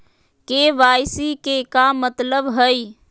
KYC के का मतलब हई?